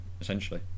essentially